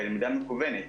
בלמידה מקוונת.